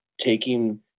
taking